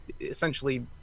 essentially